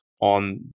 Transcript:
on